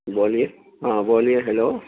بولیے ہاں بولیے ہیلو